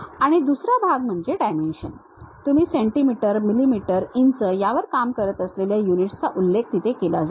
आणि दुसरा भाग म्हणजे डायमेन्शन तुम्ही सेंटीमीटर मिलिमीटर इंच यावर काम करत असलेल्या युनिट्सचा उल्लेख तिथे केला जाईल